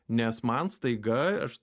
nes man staiga aš